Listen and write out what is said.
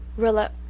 rilla,